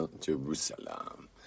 Jerusalem